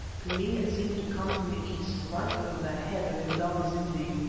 to me it seemed to come from the east, right over the head of indaba-zimbi.